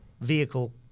vehicle